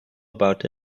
about